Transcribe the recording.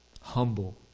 Humble